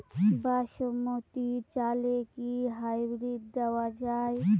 বাসমতী চালে কি হাইব্রিড দেওয়া য়ায়?